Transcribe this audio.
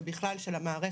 ובכלל של המערכת,